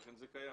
ואכן זה קיים.